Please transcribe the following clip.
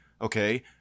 okay